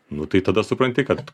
nu tai tada supranti kad